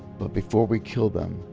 but before we kill them,